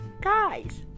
guys